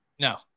No